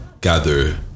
gather